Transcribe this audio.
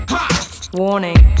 Warning